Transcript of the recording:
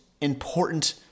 important